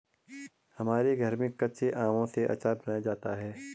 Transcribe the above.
हमारे घर में कच्चे आमों से आचार बनाया जाता है